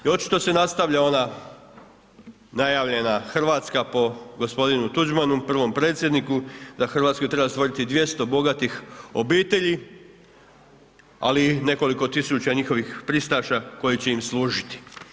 I očito se nastavlja ona najavljena Hrvatska po gospodinu Tuđmanu, prvom predsjedniku da u Hrvatskoj treba stvoriti 200 bogatih obitelji ali i nekoliko tisuća njihovih pristaša koji će im služiti.